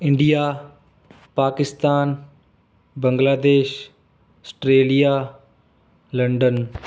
India Pakistan Bangladesh Australia London